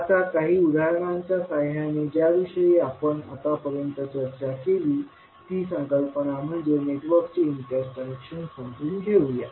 आता काही उदाहरणाच्या साहाय्याने ज्या विषयी आपण आतापर्यंत चर्चा केली ती संकल्पना म्हणजे नेटवर्कचे इंटरकनेक्शन समजून घेऊया